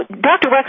Dr